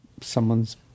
someone's